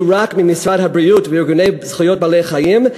רק ממשרד הבריאות וארגוני זכויות בעלי-החיים,